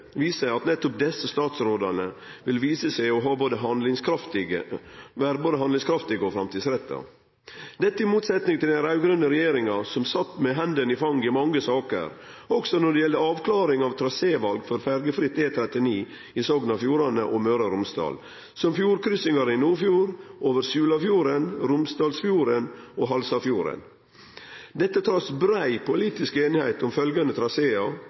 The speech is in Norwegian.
at nettopp desse statsrådane vil vise seg å vere både handlingskraftige og framtidsretta. Dette står i motsetning til den raud-grøne regjeringa, som sat med hendene i fanget i mange saker, også når det gjeld avklaring av traséval for ferjefritt E39 i Sogn og Fjordane og Møre og Romsdal, som fjordkryssingar i Nordfjord, over Sulafjorden, Romsdalsfjorden og Halsafjorden – trass